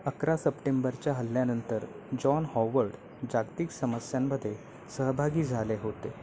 अकरा सप्टेंबरच्या हल्ल्यानंतर जॉन हॉवर्ड जागतिक समस्यांमध्ये सहभागी झाले होते